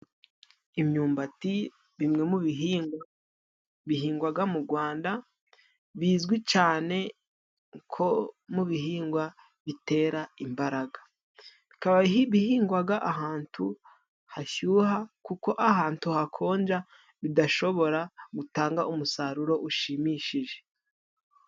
Imyumbati bimwe mu bihingwa bihingwaga mu Gwanda bizwi cane ko mu bihingwa bitera imbaraga. bikaba bihingwaga ahantu hashyuha kuko ahantu hakonja bidashobora gutanga umusaruro ushimishije